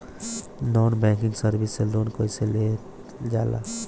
Non banking service से loan कैसे लेल जा ले?